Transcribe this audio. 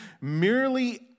merely